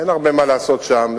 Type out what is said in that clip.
אין הרבה מה לעשות שם,